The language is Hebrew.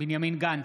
בנימין גנץ,